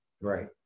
right